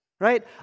right